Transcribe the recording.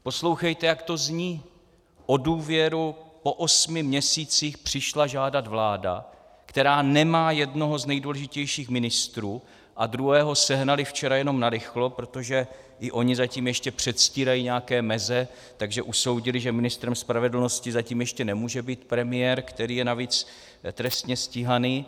Poslouchejte, jak to zní: O důvěru po osmi měsících přišla žádat vláda, která nemá jednoho z nejdůležitějších ministrů, a druhého sehnali včera jenom narychlo, protože i oni zatím ještě předstírají nějaké meze, takže usoudili, že ministrem spravedlnosti zatím ještě nemůže být premiér, který je navíc trestně stíhaný.